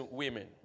women